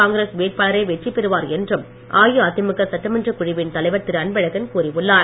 காங்கிரஸ் வேட்பாளரே வெற்றிபெறுவார் என்றும் அஇஅதிமுக சட்டமன்றக் குழுவின் தலைவர் திரு அன்பழகன் கூறியுள்ளார்